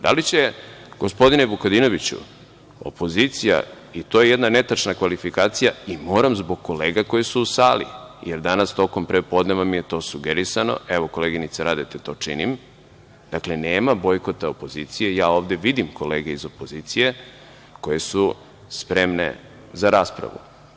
Da li će, gospodine Vukadinoviću, opozicija, i to je jedna netačna kvalifikacija, i moram zbog kolega koje su u sali, jer danas, tokom prepodneva mi je to sugerisano, evo, koleginice Radeta, to činim, dakle, nema bojkota opozicije, ja ovde vidim kolege iz opozicije koje su spremne za raspravu.